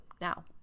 now